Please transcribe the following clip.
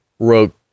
wrote